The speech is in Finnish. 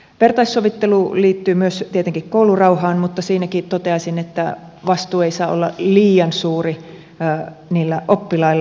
myös vertaissovittelu liittyy tietenkin koulurauhaan mutta siinäkin toteaisin että vastuu ei saa olla liian suuri niillä oppilailla